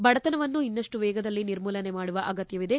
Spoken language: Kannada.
ಬಡತನವನ್ನು ಇನ್ನಷ್ಟು ವೇಗದಲ್ಲಿ ನಿರ್ಮೂಲನೆ ಮಾಡುವ ಅಗತ್ಯವಿದೆ